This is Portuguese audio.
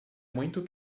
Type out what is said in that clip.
muito